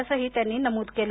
असंही त्यांनी नमूद केलं